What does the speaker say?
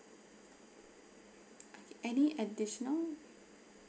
okay any additional